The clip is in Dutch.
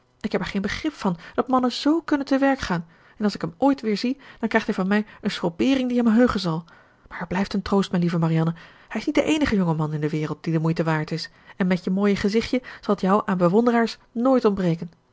ik heb er geen begrip van dat mannen z kunnen te werk gaan en als ik hem ooit weer zie dan krijgt hij van mij een schrobbeering die hem heugen zal maar er blijft een troost mijn lieve marianne hij is niet de eenige jonge man in de wereld die de moeite waard is en met je mooie gezichtje zal t jou aan bewonderaars nooit ontbreken